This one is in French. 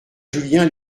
julien